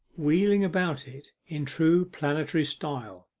wheeling about it in true planetary style.